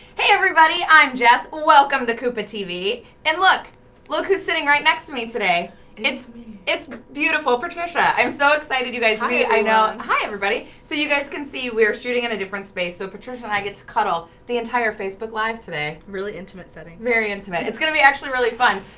hey everybody, i'm jess, welcome to kupa tv and look look who's sitting right next to me today it's it's beautiful patricia. i'm so excited you guys me i know and hi everybody so you guys can see we're shooting in a different space so patricia and i get to cuddle the entire facebook live today, really intimate setting very intimate it's gonna be actually really fun,